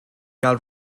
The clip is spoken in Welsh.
gael